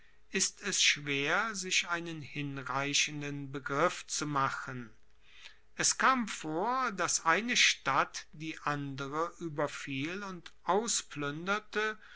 ist es schwer sich einen hinreichenden begriff zu machen es kam vor dass eine stadt die andere ueberfiel und